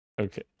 Okay